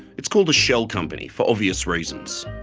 it's called a shell company, for obvious reasons.